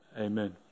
Amen